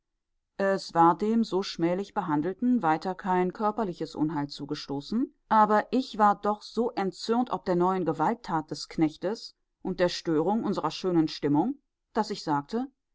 es war dem so schmählich behandelten weiter kein körperliches unheil zugestoßen aber ich war doch so erzürnt ob der neuen gewalttat des knechtes und der störung unserer schönen stimmung daß ich sagte